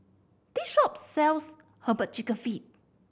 this shop sells Herbal Chicken Feet